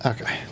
Okay